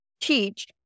teach